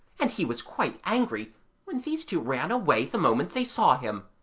and he was quite angry when these two ran away the moment they saw him.